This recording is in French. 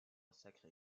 sacré